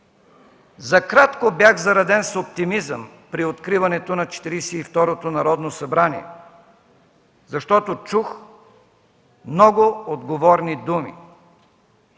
За кратко бях зареден с оптимизъм при откриването на Четиридесет и второто Народно събрание, защото чух много отговорни думи: